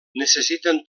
necessiten